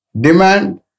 demand